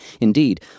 Indeed